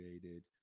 created